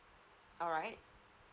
alright